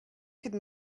could